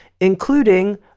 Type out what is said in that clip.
including